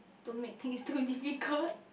don't make things too difficult